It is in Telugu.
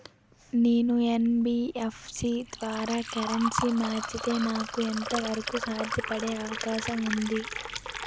నేను యన్.బి.ఎఫ్.సి ద్వారా కరెన్సీ మార్చితే నాకు ఎంత వరకు చార్జెస్ పడే అవకాశం ఉంది?